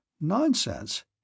Nonsense